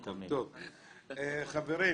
חברים,